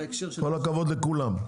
עם כל הכבוד לכולם.